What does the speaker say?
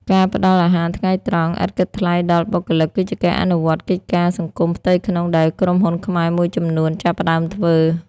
ការផ្ដល់ អាហារថ្ងៃត្រង់ ឥតគិតថ្លៃដល់បុគ្គលិក គឺជាការអនុវត្តកិច្ចការសង្គមផ្ទៃក្នុងដែលក្រុមហ៊ុនខ្មែរមួយចំនួនចាប់ផ្ដើមធ្វើ។